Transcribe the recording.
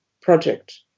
project